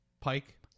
Pike